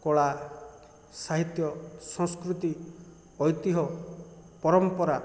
କଳା ସାହିତ୍ୟ ସଂସ୍କୃତି ଐତିହ୍ୟ ପରମ୍ପରା